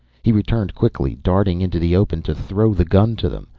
he returned quickly, darting into the open to throw the gun to them.